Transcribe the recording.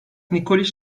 nikoliç